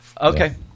Okay